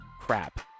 crap